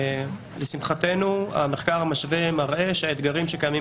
לשמחתנו המחקר המשווה מראה שהאתגרים שקיימים